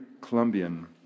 Colombian